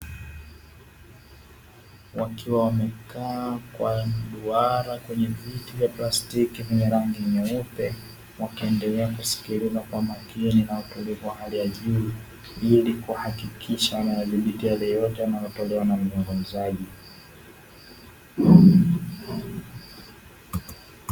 Wakiwa wamekaa kwa mduara, kwenye viti vya plastiki vyenye rangi nyeupe, wakiendelea kusikiliza kwa makini na utulivu wa hali ya juu, ili kuhakikisha wanayadhibiti yale yote yanayotolewa na mzungumzaji.